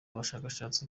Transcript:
bashakashatsi